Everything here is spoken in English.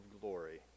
glory